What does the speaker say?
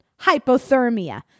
hypothermia